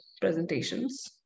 presentations